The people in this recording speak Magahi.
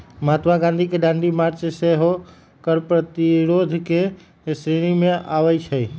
महात्मा गांधी के दांडी मार्च सेहो कर प्रतिरोध के श्रेणी में आबै छइ